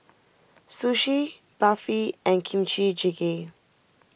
Sushi Barfi and Kimchi Jjigae